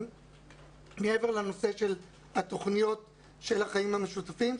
מעבר לתוכניות של החיים המשותפים,